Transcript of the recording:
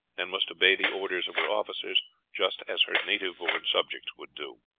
and must obey the orders of her officers just as her native born subjects would do.